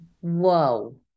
Whoa